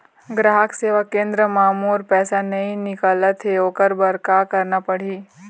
ग्राहक सेवा केंद्र म मोर पैसा नई निकलत हे, ओकर बर का करना पढ़हि?